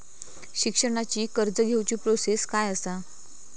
शिक्षणाची कर्ज घेऊची प्रोसेस काय असा?